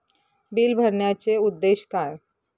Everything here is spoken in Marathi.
बिल भरण्याचे उद्देश काय?